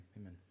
amen